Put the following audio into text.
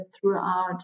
throughout